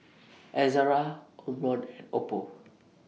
Ezerra Omron and Oppo